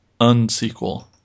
unsequel